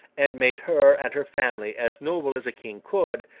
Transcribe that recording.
and made her and her family as noble as a king could,